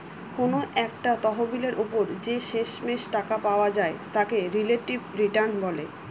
কোনো একটা তহবিলের ওপর যে শেষমেষ টাকা পাওয়া যায় তাকে রিলেটিভ রিটার্ন বলে